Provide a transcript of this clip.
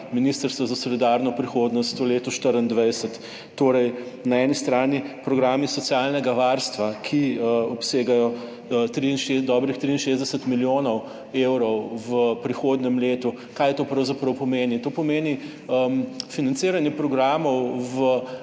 Ministrstva za solidarno prihodnost v letu 2024. Na eni strani programi socialnega varstva, ki obsegajo dobrih 63 milijonov evrov v prihodnjem letu. Kaj to pravzaprav pomeni? To pomeni financiranje programov,